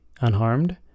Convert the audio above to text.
unharmed